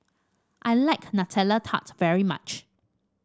I like Nutella Tart very much